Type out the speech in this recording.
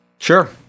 Sure